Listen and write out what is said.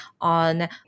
on